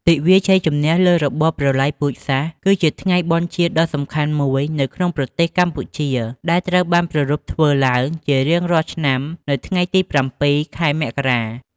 ទិវាជ័យជំនះលើរបបប្រល័យពូជសាសន៍ គឺជាថ្ងៃបុណ្យជាតិដ៏សំខាន់មួយនៅក្នុងប្រទេសកម្ពុជា ដែលត្រូវបានប្រារព្ធធ្វើឡើងជារៀងរាល់ឆ្នាំនៅថ្ងៃ ទី៧ ខែមករា។